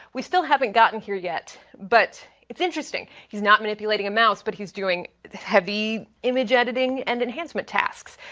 we still haven't gotten here yet. but it's interesting. he's not manipulating a mouse but he's doing the heavy image editing and enhancement tasks.